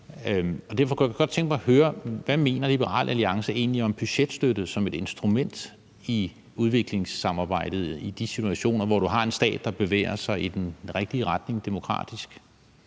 Derfor kunne jeg godt tænke mig at høre, hvad Liberal Alliance egentlig mener om budgetstøtte som et instrument i udviklingssamarbejdet i de situationer, hvor du har en stat, der bevæger sig i den rigtige retning demokratisk.